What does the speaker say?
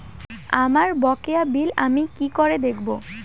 আমার বকেয়া বিল আমি কি করে দেখব?